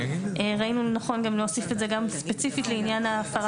ראינו לנכון גם להוסיף את זה גם ספציפית לעניין ההפרה